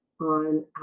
on